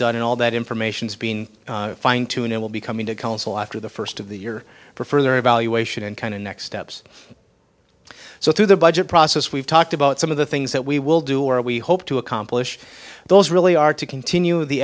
done in all that information's being fine tuning will be coming to council after the first of the year for further evaluation and kind of next steps so through the budget process we've talked about some of the things that we will do or we hope to accomplish those really are to continue the